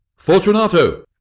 Fortunato